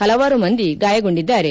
ಹಲವಾರು ಮಂದಿ ಗಾಯಗೊಂಡಿದ್ದಾರೆ